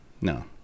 No